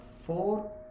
four